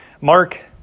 Mark